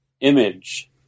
image